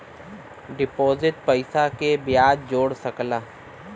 deposit पइसा के बियाज जोड़ सकला